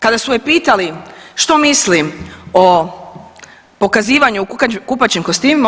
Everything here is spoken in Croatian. Kada su je pitali što misli o pokazivanju u kupaćim kostimima.